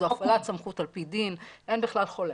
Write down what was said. זו הפעלת סמכות על פי דין, אין בכלל חולק.